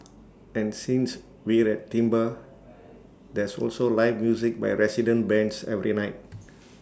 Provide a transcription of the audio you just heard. and since we're at s there's also live music by resident bands every night